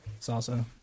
Salsa